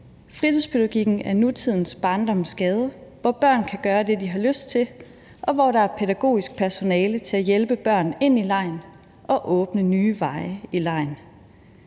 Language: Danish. Fritidspædagogikken er nutidens barndommens gade, hvor børn kan gøre det, de har lyst til, og hvor der er pædagogisk personale til at hjælpe børn ind i legen og åbne nye veje i legen.